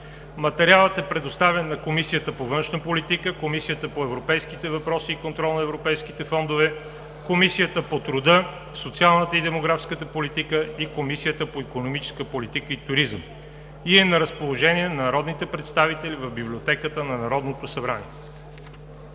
Материалът е предоставен на Комисията по външна политика, Комисията по европейските въпроси и контрол на европейските фондове, Комисията по труда, социалната и демографската политика и Комисията по икономическа политика и туризъм и е на разположение на народните представители в Библиотеката на Народното събрание.